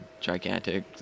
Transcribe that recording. gigantic